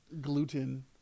Gluten